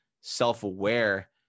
self-aware